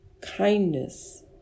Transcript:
kindness